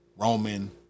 Roman